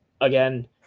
again